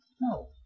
No